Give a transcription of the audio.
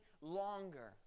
longer